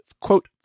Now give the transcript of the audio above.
quote